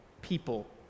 people